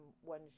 one